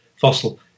Fossil